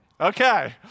Okay